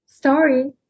story